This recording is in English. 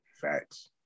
Facts